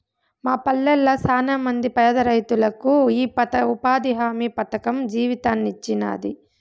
మా పల్లెళ్ళ శానమంది పేదరైతులకు ఈ ఉపాధి హామీ పథకం జీవితాన్నిచ్చినాది